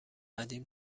قدیم